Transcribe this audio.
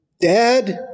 Dad